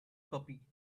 puppy